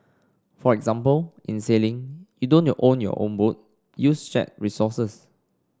for example in sailing you don't you own your own boat use shared resources